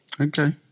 Okay